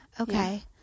Okay